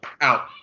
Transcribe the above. out